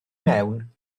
mewn